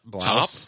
top